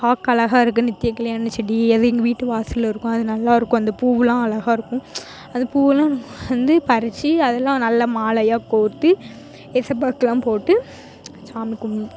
பார்க்க அழகா இருக்குனு நித்யகல்யாணிச் செடி அது எங்கள் வீடு வாசலில் இருக்கும் அது நல்லாயிருக்கும் அந்த பூவலெலாம் அழகா இருக்கும் அந்த பூவலெலாம் வந்து பறித்து அதெலாம் நல்லா மாலையா கோர்த்து ஏசப்பாக்குலாம் போட்டு சாமி கும்பிடு